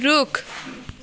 रुख